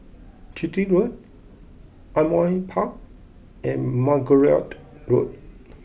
Chitty Road Ardmore Park and Margoliouth Road